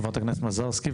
חברת הכנסת מזרסקי,